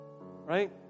right